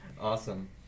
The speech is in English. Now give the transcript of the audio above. Awesome